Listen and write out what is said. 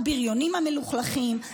הבריונים המלוכלכים.